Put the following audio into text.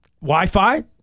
Wi-Fi